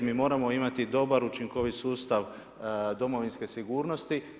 Mi moramo imati dobar, učinkovit sustav domovinske sigurnosti.